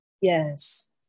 Yes